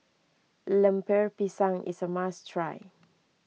Lemper Pisang is a must try